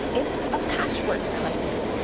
it's a patchwork continent,